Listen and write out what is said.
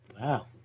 Wow